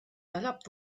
salopp